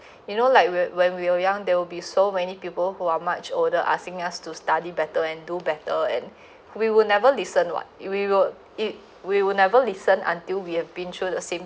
you know like we're when we were young there will be so many people who are much older asking us to study better and do better and we will never listen what it we will it we will never listen until we have been through the same